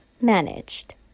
Managed